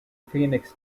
phoenix